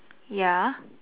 ya